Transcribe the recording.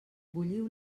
bulliu